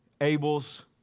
Abel's